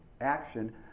action